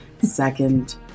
Second